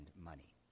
money